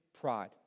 pride